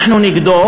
אנחנו נגדו